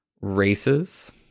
Races